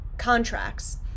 contracts